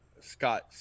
Scott